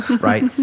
right